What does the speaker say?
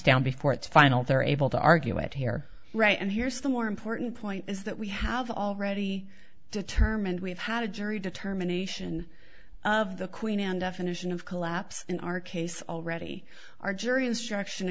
down before it's final they're able to argue it here right and here's the more important point is that we have already determined we've had a jury determination of the queen and definition of collapse in our case already our jury instruction